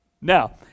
Now